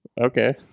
okay